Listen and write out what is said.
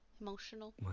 Emotional